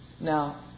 Now